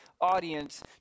audience